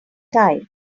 time